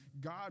God